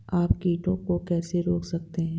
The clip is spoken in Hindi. आप कीटों को कैसे रोक सकते हैं?